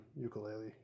ukulele